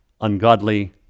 ungodly